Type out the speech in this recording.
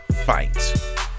fight